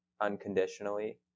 unconditionally